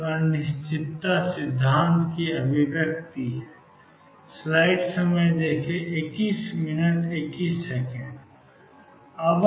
यह अनिश्चितता सिद्धांत की अभिव्यक्ति है